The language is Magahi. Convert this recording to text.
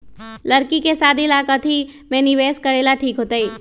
लड़की के शादी ला काथी में निवेस करेला ठीक होतई?